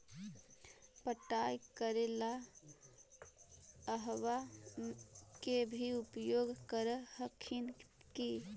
पटाय करे ला अहर्बा के भी उपयोग कर हखिन की?